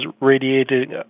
radiating